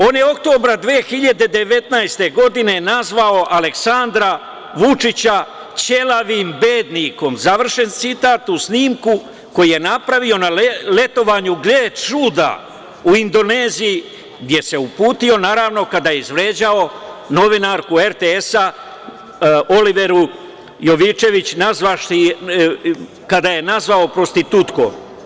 On je oktobra 2019. godine nazvao Aleksandra Vučića – ćelavim bednikom, završen citat, u snimku koji je napravio na letovanju, gle čuda, u Indoneziji, gde se uputio kada je izvređao novinarku RTS Oliveru Jovićević, kada je nazvao prostitutkom.